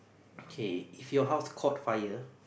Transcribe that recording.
K if your house caught fire